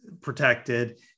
protected